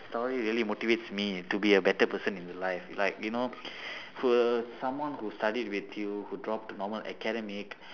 story really motivates me to be a better person in life like you know who were someone who studied with you who dropped to normal academic